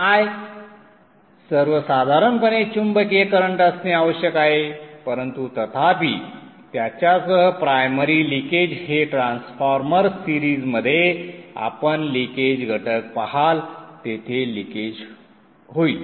I सर्वसाधारणपणे चुंबकीय current असणे आवश्यक आहे परंतु तथापि त्याच्यासह प्रायमरी लिकेज हे ट्रान्सफॉर्मर सिरीजमध्ये आपण लिकेज घटक पाहाल तेथे लिकेज होईल